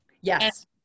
Yes